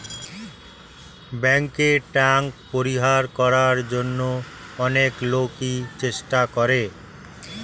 ব্যাংকে ট্যাক্স পরিহার করার জন্য অনেক লোকই চেষ্টা করে